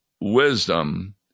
wisdom